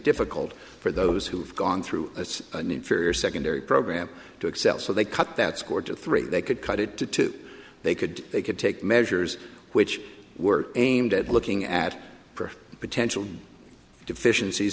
difficult for those who have gone through a need for secondary program to excel so they cut that score to three they could cut it to two they could they could take measures which were aimed at looking at potential deficiencies